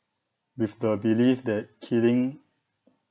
with the belief that killing